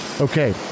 Okay